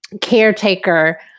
caretaker